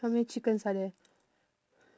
how many chickens are there